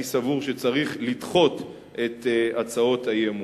אני סבור שצריך לדחות את הצעות האי-אמון.